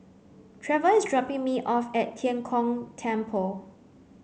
Treva is dropping me off at Tian Kong Temple